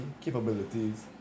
capabilities